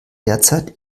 derzeit